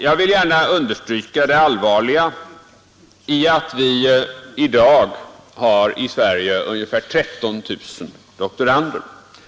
Jag vill gärna understryka det allvarliga i att vi i dag i Sverige har ungefär 13 000 doktorander.